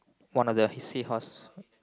one of the sea horse